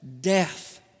Death